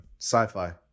sci-fi